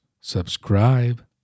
subscribe